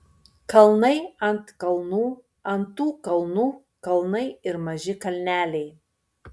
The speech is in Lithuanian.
kalnai ant kalnų ant tų kalnų kalnai ir maži kalneliai